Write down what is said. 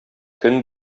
көн